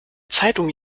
zeitung